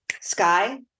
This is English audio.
Sky